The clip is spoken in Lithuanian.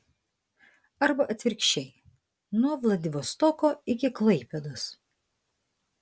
arba atvirkščiai nuo vladivostoko iki klaipėdos